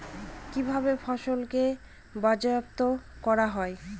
কিভাবে ফসলকে বাজারজাত করা হয়?